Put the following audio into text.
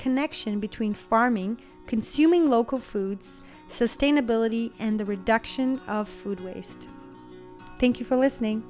connection between farming consuming local foods sustainability and the reduction of food waste thank you for listening